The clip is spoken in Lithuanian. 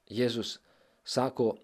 jėzus sako